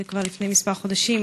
זה כבר לפני כמה חודשים,